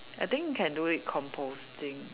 I think can do it composting